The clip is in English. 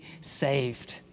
saved